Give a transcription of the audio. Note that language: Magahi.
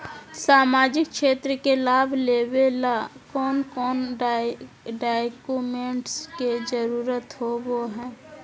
सामाजिक क्षेत्र के लाभ लेबे ला कौन कौन डाक्यूमेंट्स के जरुरत होबो होई?